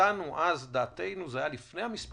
נתנו אז דעתנו על כך,